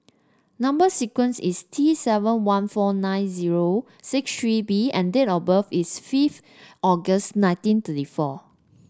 number sequence is T seven one four nine zero six three B and date of birth is fifth August nineteen thirty four